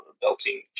belting